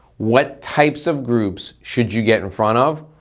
what types of groups should you get in front of?